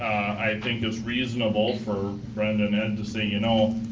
i think it's reasonable for brenda and ed to say, you know,